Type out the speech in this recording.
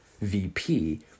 VP